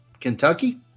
Kentucky